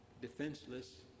defenseless